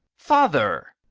father!